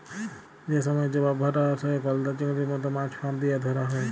যে সময়ে জবার ভাঁটা আসে, গলদা চিংড়ির মত মাছ ফাঁদ দিয়া ধ্যরা হ্যয়